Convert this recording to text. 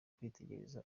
kwitegereza